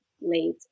late